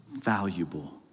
valuable